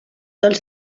dels